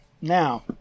Now